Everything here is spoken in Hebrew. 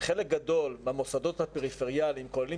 חלק גדול מהמוסדות הפריפריאליים כוללים